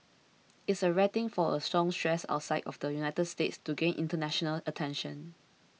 it's a rare thing for a songstress outside of the United States to gain international attention